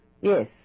yes